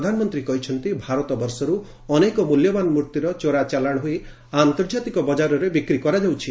ପ୍ରଧାନମନ୍ତ୍ରୀ କହିଛନ୍ତି ଭାରତବର୍ଷରୁ ଅନେକ ମୂଲ୍ୟବାନ ମୂର୍ତ୍ତିର ଚୋରାଚାଲାଣ ହୋଇ ଆନ୍ତର୍ଜାତିକ ବଜାରରେ ବିକ୍ରି କରାଯାଉଛି